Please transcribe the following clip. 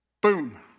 Boom